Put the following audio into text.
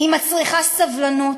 היא מצריכה סבלנות